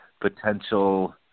potential